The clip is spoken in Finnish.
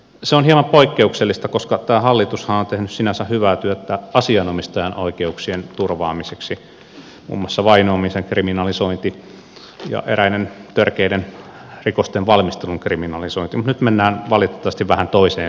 se on hieman poikkeuksellista koska tämä hallitushan on tehnyt sinänsä hyvää työtä asianomistajan oikeuksien turvaamiseksi muun muassa vainoamisen kriminalisointi ja eräiden törkeiden rikosten valmistelun kriminalisointi mutta nyt mennään valitettavasti vähän toiseen suuntaan